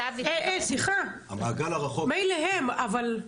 סליחה, מילא הם אבל את?